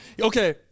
Okay